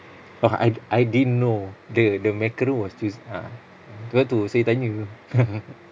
but I I didn't know the the macaron was choose a'ah sebab tu saya tanya